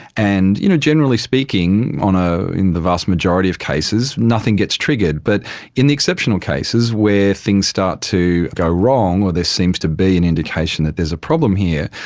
and you know generally speaking ah in the vast majority of cases nothing gets triggered. but in the exceptional cases where things start to go wrong or there seems to be an indication that there is a problem here,